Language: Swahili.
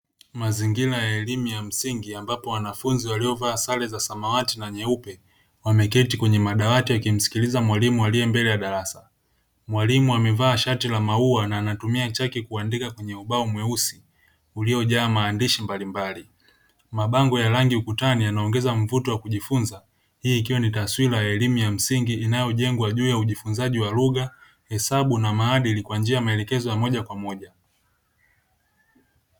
Mazingira ya elimu ya msingi ambapo wanafunzi waliovaa sare za samawati na nyeupe; wameketi kwenye madawati wakimsikiliza mwalimu aliye mbele ya darasa. Mwalimu amevaa shati la maua na anatumia chaki kuandika kwenye ubao mweusi, uliojaa maandishi mbalimbali. Mabango ya rangi ukutani yanaongeza mvuto wa kujifunza; hii ikiwa ni taswira ya elimu ya msingi inayojengwa juu ya ujifuzaji wa lugha, hesabu na maadili kwa njia ya maelekezo ya moja kwa moja.